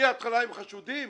מהתחלה הם חשודים?